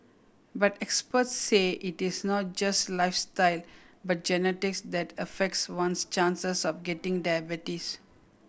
but experts say it is not just lifestyle but genetics that affects one's chances of getting diabetes